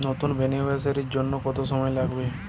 নতুন বেনিফিসিয়ারি জন্য কত সময় লাগবে?